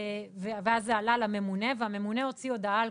אז זה עלה לממונה והממונה הוציא הודעה על